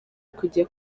kujya